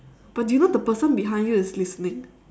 but do you know the person behind you is listening